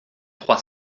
trois